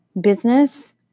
business